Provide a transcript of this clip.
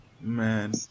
Man